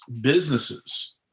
businesses